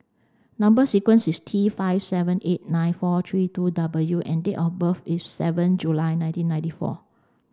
number sequence is T five seven eight nine four three two W and date of birth is seven July nineteen ninety four